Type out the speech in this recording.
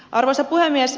arvoisa puhemies